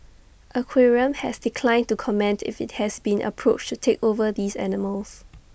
aquarium has declined to comment if IT has been approached to take over these animals